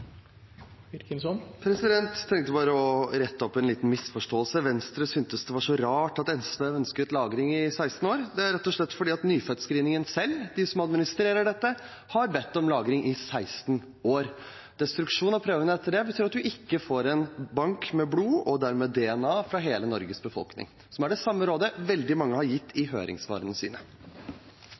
tenkte bare å rette opp en liten misforståelse. Venstre syntes det var så rart at SV ønsket lagring i 16 år. Det er rett og slett fordi Nyfødtscreeningen selv, de som administrerer dette, har bedt om lagring i 16 år. Destruksjon av prøvene etter det betyr at man ikke får en bank med blod og dermed DNA fra hele Norges befolkning, som er det samme rådet veldig mange har gitt i høringssvarene sine.